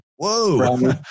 whoa